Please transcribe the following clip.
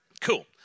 Cool